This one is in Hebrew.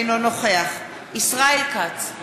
אינו נוכח ישראל כץ,